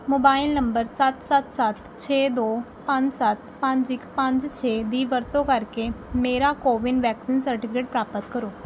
mobile number ਸੱਤ ਸੱਤ ਸੱਤ ਛੇ ਦੋ ਪੰਜ ਸੱਤ ਪੰਜ ਇੱਕ ਪੰਜ ਛੇ ਦੀ ਵਰਤੋਂ ਕਰਕੇ ਮੇਰਾ ਕੋਵਿਨ ਵੈਕਸੀਨ ਸਰਟੀਫਿਕੇਟ ਪ੍ਰਾਪਤ ਕਰੋ